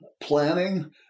planning